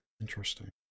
Interesting